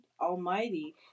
Almighty